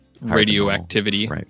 radioactivity